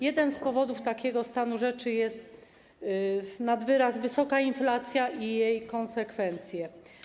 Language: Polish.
Jednym z powodów takiego stanu rzeczy jest nad wyraz wysoka inflacja i jej konsekwencje.